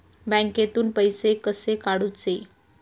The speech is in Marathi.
बँकेतून पैसे कसे काढूचे?